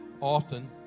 Often